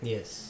Yes